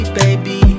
baby